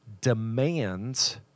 demands